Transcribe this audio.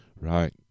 Right